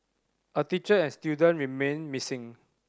a teacher and student remain missing